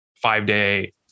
five-day